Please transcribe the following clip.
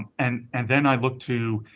and and then i look to